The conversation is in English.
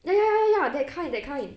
ya ya ya that kind that kind